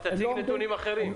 תציג נתונים אחרים.